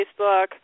Facebook